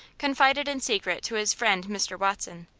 confided in secret to his friend mr. watson,